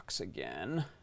again